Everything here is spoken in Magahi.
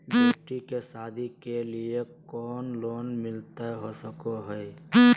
बेटी के सादी के लिए कोनो लोन मिलता सको है?